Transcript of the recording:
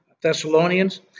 Thessalonians